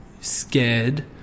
scared